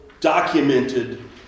documented